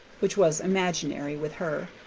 which was imaginary with her,